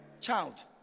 child